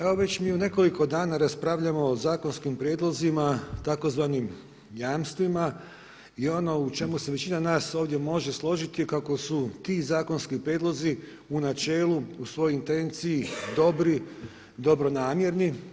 Evo mi već nekoliko dana raspravljamo o zakonskim prijedlozima tzv. jamstvima i ono u čemu se većina nas ovdje može složiti kako su ti zakonski prijedlozi u načelu u svojoj intenciji dobri, dobronamjerno.